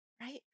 right